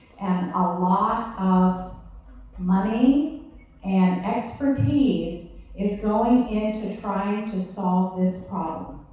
and a lot of money and expertise is so going into trying to solve this problem.